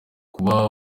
kuba